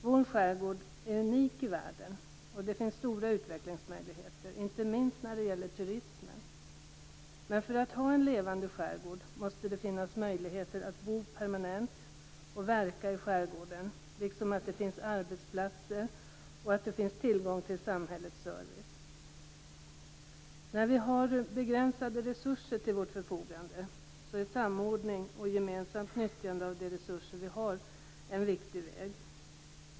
Vår skärgård är unik i världen, och det finns stora utvecklingsmöjligheter, inte minst när det gäller turismen. Men för att man skall kunna ha en levande skärgård måste det finnas möjligheter att bo permanent och att verka i skärgården. Det måste också finnas arbetsplatser och tillgång till samhällets service. När vi har begränsade resurser till vårt förfogande är samordning och gemensamt nyttjande av de resurser vi har en viktig väg.